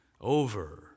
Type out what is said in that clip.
over